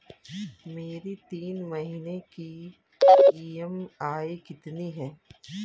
मेरी तीन महीने की ईएमआई कितनी है?